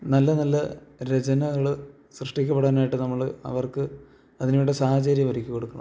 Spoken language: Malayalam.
നല്ലനല്ല രചനകള് സൃഷ്ടിക്കപ്പെടാനായിട്ട് നമ്മള് അവർക്ക് അതിനുവേണ്ട സാഹചര്യം ഒരുക്കികൊടുക്കണം